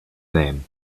them